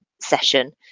session